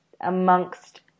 amongst